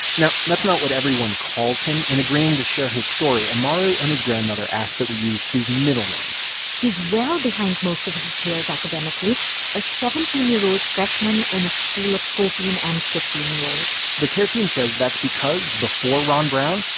now, that's not what everyone calls him. in agreeing to share his story, amaru and his grandmother asked that we use his middle name he's well behind most of his peers academically a seventeen year old freshman in a school of fourteen and fifteen year olds the care team says that's because, before ron brown,